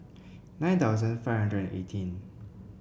nine thousand five hundred eighteen